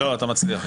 לא, אתה מצליח.